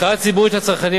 מחאה ציבורית של הצרכנים,